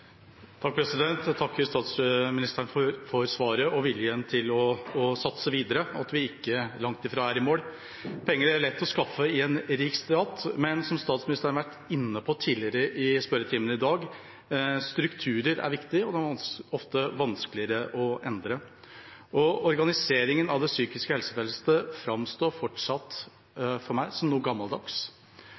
å satse videre – vi er langt fra i mål. Penger er lett å skaffe i en rik stat, men, som statsministeren har vært inne på tidligere i spørretimen i dag: Strukturer er viktig, og de er ofte vanskeligere å endre. Organiseringen av det psykiske helsefeltet framstår fortsatt for meg som noe gammeldags.